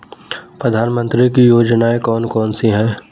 प्रधानमंत्री की योजनाएं कौन कौन सी हैं?